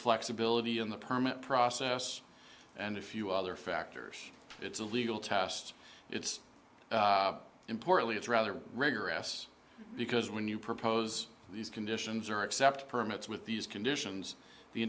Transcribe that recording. flexibility in the permit process and a few other factors it's a legal test it's importantly it's rather rigorous because when you propose these conditions or accept permits with these conditions the